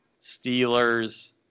Steelers